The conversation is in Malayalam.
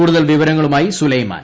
കൂടുതൽ വിവരങ്ങളുമായി സുലൈമാൻ